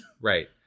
Right